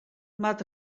moat